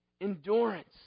Endurance